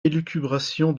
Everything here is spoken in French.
élucubration